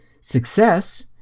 success